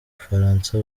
bufaransa